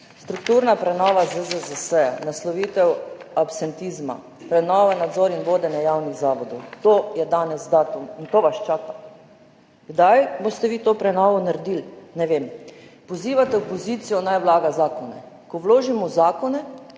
Strukturna prenova ZZZS, naslovitev absentizma, prenova, nadzor in vodenje javnih zavodov, za to je danes datum in to vas čaka. Kdaj boste vi to prenovo naredili, ne vem. Pozivate opozicijo, naj vlaga zakone. Ko vložimo zakone,